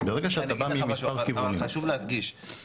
ברגע שאתה בא --- חשוב להדגיש,